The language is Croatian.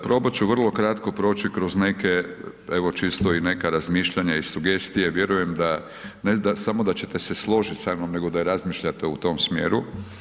Probat ću vrlo kratko proći kroz neke, evo čisto i neka razmišljanja i sugestije, vjerujem da, ne samo da će se složiti sa mnom nego da i razmišljate u tom smjeru.